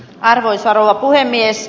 arvoisa rouva puhemies